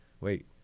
wait